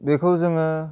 बेखौ जोङो